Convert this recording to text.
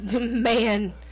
Man